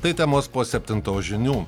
tai temos po septintos žinių